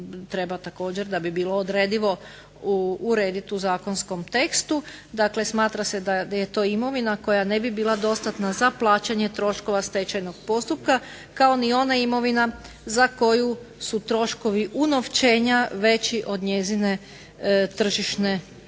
treba također da bi bilo odredivo uredit u zakonskom tekstu. Dakle, smatra se da je to imovina koja ne bi bila dostatna za plaćanje troškova stečajnog postupka kao ni ona imovina za koju su troškovi unovčenja veći od njezine tržišne